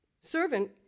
Servant